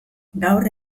gaur